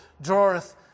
draweth